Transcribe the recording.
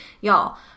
Y'all